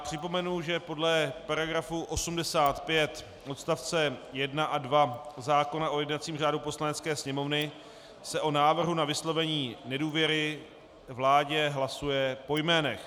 Připomenu, že podle § 85 odst. 1 a 2 zákona o jednacím řádu Poslanecké sněmovny se o návrhu na vyslovení nedůvěry vládě hlasuje po jménech.